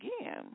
again